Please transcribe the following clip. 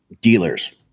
dealers